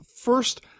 first